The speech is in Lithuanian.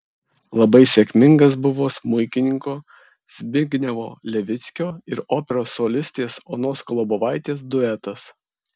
labai sėkmingas buvo smuikininko zbignevo levickio ir operos solistės onos kolobovaitės duetas